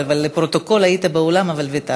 לפרוטוקול, היית באולם אבל ויתרת.